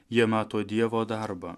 jie mato dievo darbą